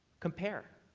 compare.